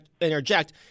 interject